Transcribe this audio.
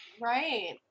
Right